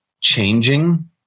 changing